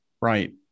Right